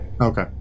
Okay